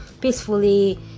peacefully